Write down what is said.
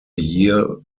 year